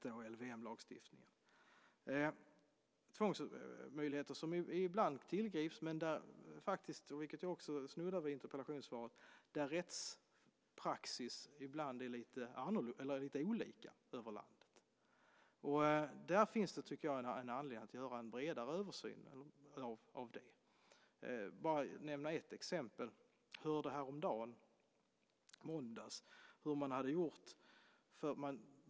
Det är tvångsmöjligheter som ibland tillgrips, men rättspraxis är lite olika över landet, vilket jag också snuddar vid i interpellationssvaret. Det finns en anledning att göra en bredare översyn av det. Jag kan bara nämna ett exempel. Jag hörde häromdagen, i måndags, hur man hade gjort.